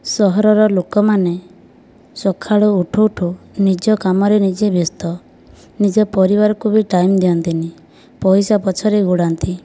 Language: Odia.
ସହରର ଲୋକମାନେ ସକାଳୁ ଉଠୁ ଉଠୁ ନିଜ କାମରେ ନିଜେ ବ୍ୟସ୍ତ ନିଜ ପରିବାରକୁ ବି ଟାଇମ୍ ଦିଅନ୍ତିନି ପଇସା ପଛରେ ଗୋଡ଼ାନ୍ତି